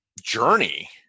journey